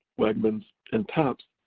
wegmans, and tops,